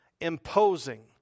imposing